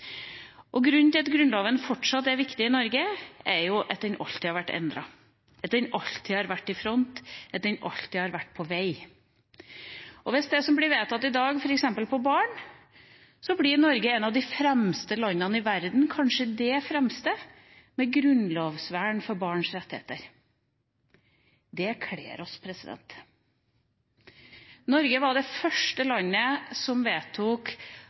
dager. Grunnen til at Grunnloven fortsatt er viktig i Norge, er jo at den alltid har vært endret, at den alltid har vært i front, at den alltid har vært på vei. Og hvis det i dag blir vedtatt et grunnlovsvern av barns rettigheter, blir Norge et av de fremste landene i verden – kanskje det fremste – på dette området. Det kler oss. Norge var det første landet som vedtok